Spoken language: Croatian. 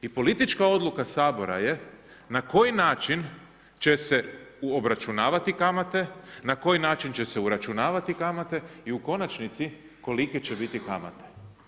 I politička odluka Sabora je na koji način će se obračunavati kamate, na koji način će se uračunavati kamate i u konačnici kolike će biti kamate.